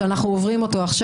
שאנחנו עוברים עכשיו.